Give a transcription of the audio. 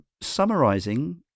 summarising